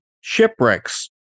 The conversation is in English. shipwrecks